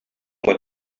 went